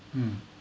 mm